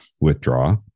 withdraw